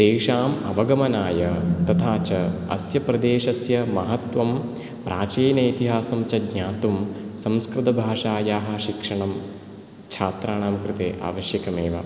तेषां अवगमनाय तथा च अस्य प्रदेशस्य महत्वं प्राचीन इतिहासं च ज्ञातुं संस्कृत भाषायाः शिक्षणं छात्रानां कृते आवश्यकमेव